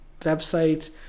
websites